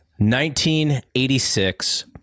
1986